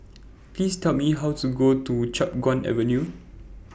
Please Tell Me How to Go to Chiap Guan Avenue